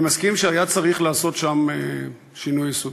אני מסכים שהיה צריך לעשות שם שינוי יסודי,